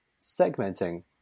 segmenting